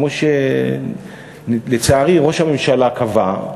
כמו שלצערי ראש הממשלה קבע,